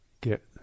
get